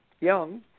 young